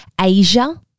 Asia